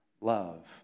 love